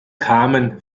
carmen